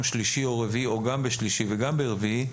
שלישי או רביעי או גם בשלישי וגם ברביעי,